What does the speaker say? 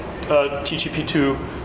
TGP2